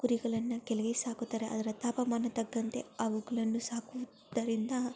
ಕುರಿಗಳನ್ನ ಕೆಳಗೆ ಸಾಕುತ್ತಾರೆ ಅದರ ತಾಪಮಾನ ತಕ್ಕಂತೆ ಅವುಗಳನ್ನು ಸಾಕೋದರಿಂದ